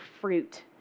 fruit